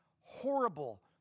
horrible